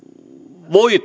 voi